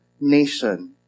nation